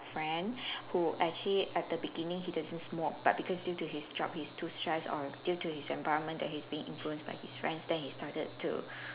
friend who actually at the beginning he doesn't smoke but because due to his job he's too stressed or due to his environment that he's being influenced by his friends then he started to